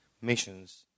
missions